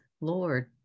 Lord